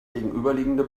gegenüberliegende